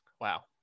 Wow